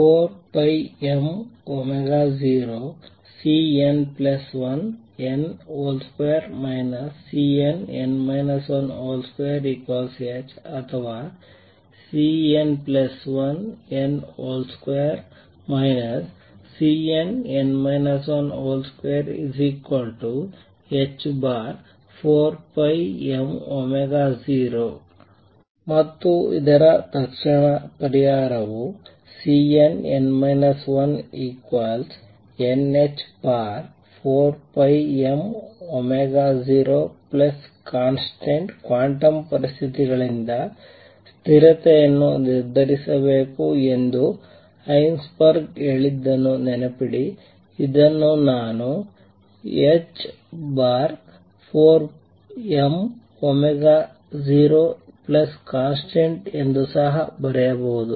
4m0|Cn1n |2 Cnn 12h ಅಥವಾ |Cn1n |2 Cnn 12h4m0 ಮತ್ತು ಇದರ ತಕ್ಷಣದ ಪರಿಹಾರವು Cnn 1nh4m0constant ಕ್ವಾಂಟಮ್ ಪರಿಸ್ಥಿತಿಗಳಿಂದ ಸ್ಥಿರತೆಯನ್ನು ನಿರ್ಧರಿಸಬೇಕು ಎಂದು ಹೈಸನ್ಬರ್ಗ್ ಹೇಳಿದ್ದನ್ನು ನೆನಪಿಡಿ ಇದನ್ನು ನಾನು n2m0constant ಎಂದು ಸಹ ಬರೆಯಬಹುದು